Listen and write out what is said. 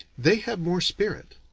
they have more spirit.